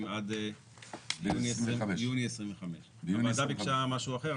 עד יוני 2025. הוועדה ביקשה משהו אחר,